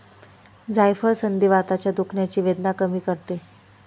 जायफळ संधिवाताच्या दुखण्याची वेदना कमी करते